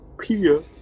Pia